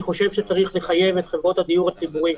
אני חושב שצריך לחייב את חברות הדיור הציבורי.